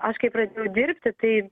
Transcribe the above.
aš kai pradėjau dirbti tai